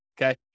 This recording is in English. okay